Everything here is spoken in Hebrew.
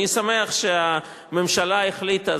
אני שמח שהממשלה החליטה,